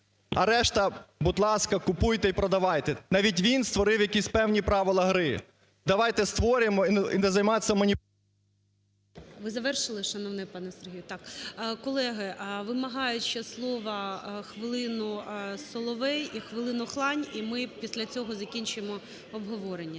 а решта, будь ласка, купуйте і продавайте. Навіть він створив якісь певні правила гри. Давайте створимо і не займайтесь… ГОЛОВУЮЧИЙ. Ви завершили, шановний пане Сергію? Так. Колеги, вимагає ще слова хвилину Соловей, і хвилину Хлань. І ми після цього закінчимо обговорення.